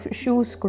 shoes